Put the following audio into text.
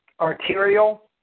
arterial